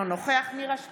אינו נוכח נירה שפק,